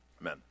Amen